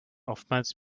oftmals